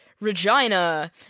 Regina